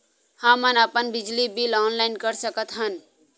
हमन अपन बिजली बिल ऑनलाइन कर सकत हन?